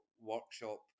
workshop